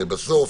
מקצועית.